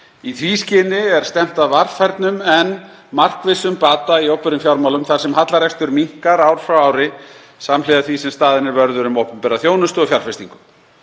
Í því skyni er stefnt að varfærnum en markvissum bata í opinberum fjármálum þar sem hallarekstur minnkar ár frá ári samhliða því sem staðinn er vörður um opinbera þjónustu og fjárfestingu.